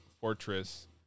fortress